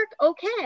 okay